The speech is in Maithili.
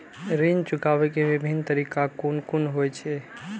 ऋण चुकाबे के विभिन्न तरीका कुन कुन होय छे?